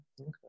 Okay